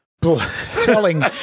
telling